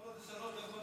עוד שלוש דקות,